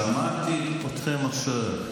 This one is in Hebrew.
שמעתי אתכם עכשיו.